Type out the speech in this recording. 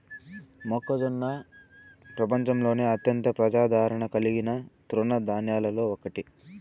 మొక్కజొన్న ప్రపంచంలోనే అత్యంత ప్రజాదారణ కలిగిన తృణ ధాన్యాలలో ఒకటి